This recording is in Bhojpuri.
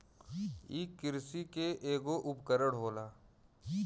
इ किरसी के ऐगो उपकरण होला